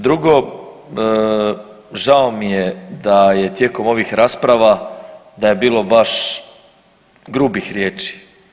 Drugo, žao mi je da je tijekom ovih rasprava da je bilo baš grubih riječi.